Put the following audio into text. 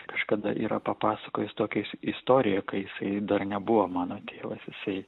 kažkada yra papasakojęs tokią istoriją kai jisai dar nebuvo mano tėvas jisai